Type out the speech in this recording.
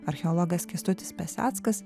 archeologas kęstutis peseckas